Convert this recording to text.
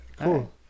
Cool